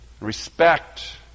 respect